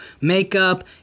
makeup